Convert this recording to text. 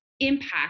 impact